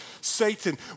Satan